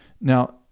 Now